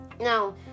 now